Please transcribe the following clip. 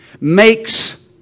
makes